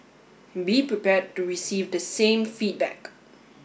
be prepared to receive the same feedback